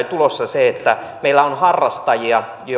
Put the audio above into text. tulossa se että meillä on harrastajia